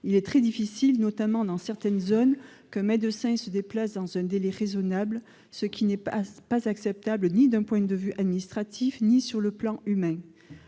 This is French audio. Il est très difficile, notamment dans certaines zones, pour un médecin de se déplacer dans un délai raisonnable, ce qui n'est acceptable ni d'un point de vue administratif ni sur le plan humain.